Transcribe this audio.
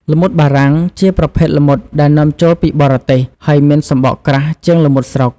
ល្មុតបារាំង ជាប្រភេទល្មុតដែលនាំចូលពីបរទេស ហើយមានសំបកក្រាស់ជាងល្មុតស្រុក។